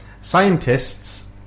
Scientists